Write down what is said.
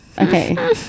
okay